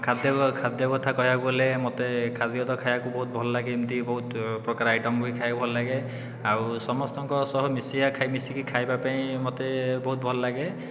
ଖାଦ୍ୟ ଖାଦ୍ୟ କଥା କହିବାକୁ ଗଲେ ମୋତେ ଖାଦ୍ୟ ତ ଖାଇବାକୁ ବହୁତ ଭଲ ଲାଗେ ଏମିତି ବହୁତ ପ୍ରକାର ଆଇଟମ୍ ହୁଏ ଖାଇବାକୁ ଭଲ ଲାଗେ ଓ ସମସ୍ତଙ୍କ ସହ ମିଶିକି ଖାଇବା ପାଇଁ ମୋତେ ବହୁତ ଭଲ ଲାଗେ